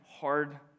hard